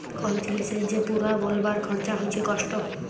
call জিলিসের যে পুরা বলবার খরচা হচ্যে কস্ট